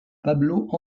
pablo